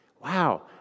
wow